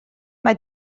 mae